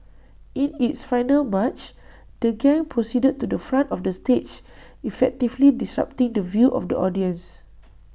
in its final March the gang proceeded to the front of the stage effectively disrupting the view of the audiences